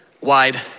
wide